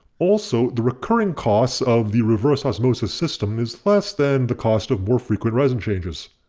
also the recurring costs of the reverse osmosis system is less than the cost of more frequent resin changes.